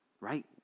right